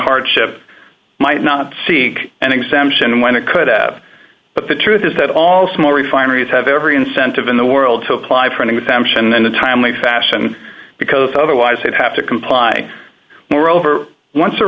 hardship might not seek an exemption when it could out but the truth is that all small refineries have every incentive in the world to apply for an exemption in a timely fashion because otherwise they'd have to comply where over once a